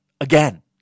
Again